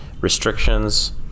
restrictions